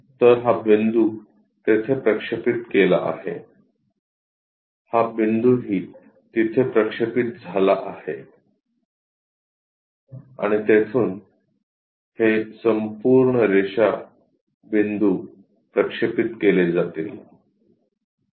तर हा बिंदू तेथे प्रक्षेपित केला आहे हा बिंदूही तिथे प्रक्षेपित झाला आहे आणि तेथून हे संपूर्ण रेषा बिंदू प्रक्षेपित केले जातील